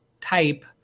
type